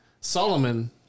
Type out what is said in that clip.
Solomon